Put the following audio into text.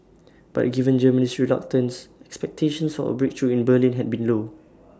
but given Germany's reluctance expectations for A breakthrough in Berlin had been low